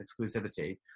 exclusivity